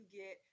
get